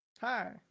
Hi